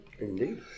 Indeed